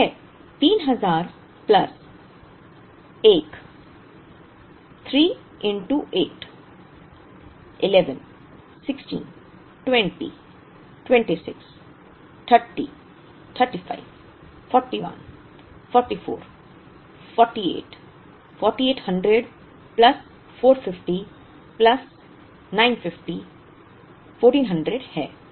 तो यह 3000 plus 1 3 8 11 16 20 26 30 35 41 44 48 4800 plus 450 plus 950 1400 है